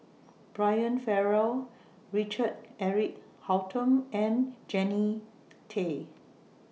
Brian Farrell Richard Eric Holttum and Jannie Tay